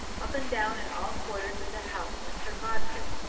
up and down in all quarters of the house went sir godfrey,